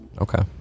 Okay